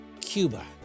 Cuba